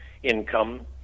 income